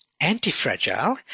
Anti-fragile